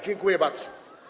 Dziękuję bardzo.